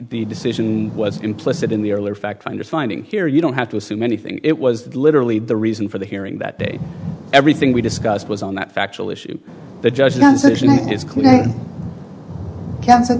the decision was implicit in the earlier fact finder finding here you don't have to assume anything it was literally the reason for the hearing that day everything we discussed was on that factual issue the judge